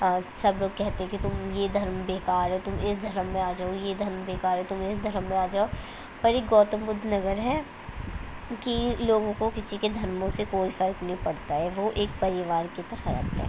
سب لوگ کہتے ہیں کہ تم یہ دھرم بےکار ہے تم اس دھرم میں آ جاؤ یہ دھرم بےکار ہے تم اس دھرم میں آ جاؤ پر یہ گوتم بدھ نگر ہے کہ لوگوں کو کسی کے دھرموں سے کوئی فرق نہیں پڑتا ہے وہ ایک پریوار کے طرح رہتے ہیں